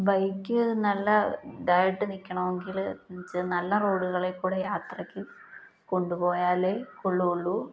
bike നല്ലതായിട്ട് നിൽക്കണമെങ്കിൽ എന്ന് വെച്ചാൽ നല്ല റോഡുകളെ കൂടെ യാത്രയ്ക്ക് കൊണ്ടുപോയാലേ കൊള്ളുള്ളൂ